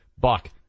Buck